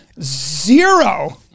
zero